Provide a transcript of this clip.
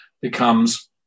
becomes